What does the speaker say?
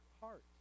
heart